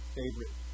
favorite